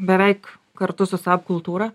beveik kartu su sap kultūra